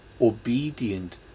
obedient